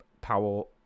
Powell